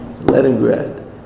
Leningrad